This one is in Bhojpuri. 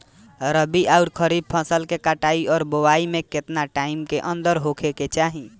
रबी आउर खरीफ फसल के कटाई और बोआई मे केतना टाइम के अंतर होखे के चाही?